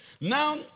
Now